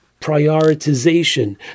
prioritization